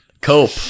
Cope